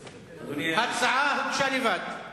ההצעה שלו הוגשה לבד.